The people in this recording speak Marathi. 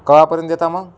केव्हापर्यंत देता मग